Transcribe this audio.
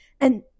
and-